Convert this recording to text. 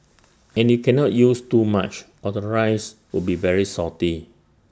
and you cannot use too much or the rice will be very salty